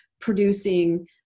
producing